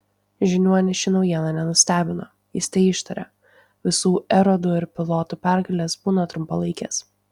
žiniuonį ši naujiena nenustebino jis teištarė visų erodų ir pilotų pergalės būna trumpalaikės